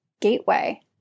gateway